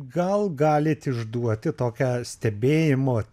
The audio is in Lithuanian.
gal galit išduoti tokią stebėjimo